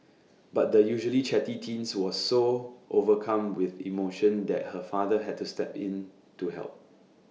but the usually chatty teen was so overcome with emotion that her father had to step in to help